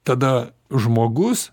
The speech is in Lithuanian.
tada žmogus